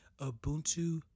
Ubuntu